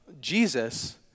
Jesus